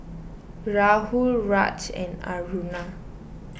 Rahul Raj and Aruna